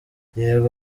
yego